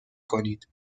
کنید